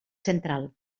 central